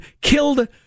killed